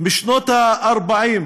משנות ה-40,